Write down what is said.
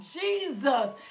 Jesus